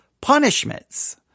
punishments